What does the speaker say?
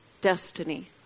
destiny